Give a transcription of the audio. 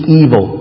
evil